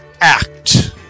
act